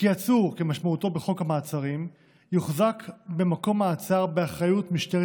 כי עצור כמשמעותו בחוק המעצרים יוחזק במקום מעצר באחריות משטרת